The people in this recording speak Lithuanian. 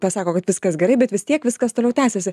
pasako kad viskas gerai bet vis tiek viskas toliau tęsiasi